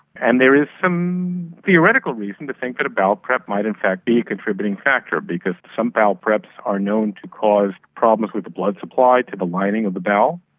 and there is some theoretical reason to think that a bowel prep might in fact be a contributing factor because some bowel preps are known to cause problems with the blood supply to the lining of the bowel,